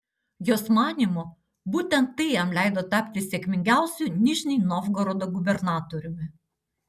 jos manymu būtent tai jam leido tapti sėkmingiausiu nižnij novgorodo gubernatoriumi